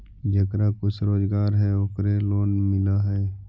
जेकरा कुछ रोजगार है ओकरे लोन मिल है?